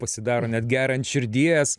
pasidaro net gera ant širdies